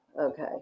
Okay